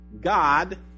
God